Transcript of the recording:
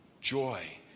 Joy